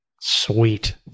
Sweet